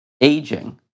Aging